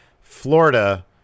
Florida